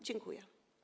Dziękuję.